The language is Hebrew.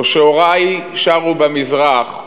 או שהורי שרו במזרח,